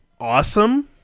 awesome